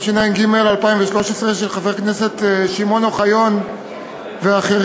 התשע"ג 2013, של חבר הכנסת שמעון אוחיון ואחרים.